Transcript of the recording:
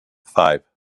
five